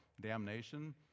damnation